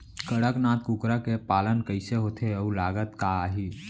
कड़कनाथ कुकरा के पालन कइसे होथे अऊ लागत का आही?